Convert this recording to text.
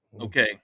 Okay